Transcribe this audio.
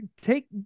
take